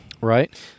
Right